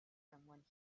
someone